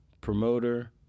promoter